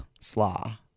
slaw